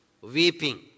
weeping